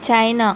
China